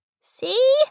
See